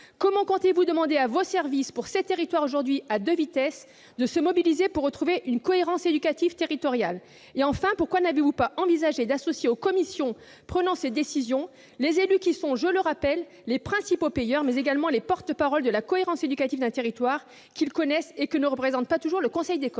Comment comptez-vous demander à vos services de se mobiliser pour permettre à ces territoires, aujourd'hui à deux vitesses, de retrouver une cohérence éducative territoriale ? Pourquoi n'avez-vous pas envisagé d'associer aux commissions prenant ces décisions les élus, qui sont, je le rappelle, les principaux payeurs, mais également les porte-parole, en matière de cohérence éducative, d'un territoire qu'ils connaissent et que ne représente pas toujours le conseil d'école ?